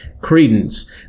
credence